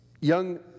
Young